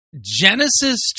Genesis